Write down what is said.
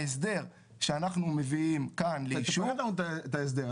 ההסדר שאנחנו מביאים כאן לאישור --- תפרט לנו את ההסדר,